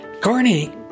Carney